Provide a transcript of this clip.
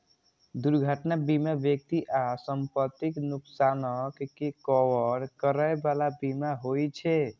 दुर्घटना बीमा व्यक्ति आ संपत्तिक नुकसानक के कवर करै बला बीमा होइ छे